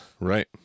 Right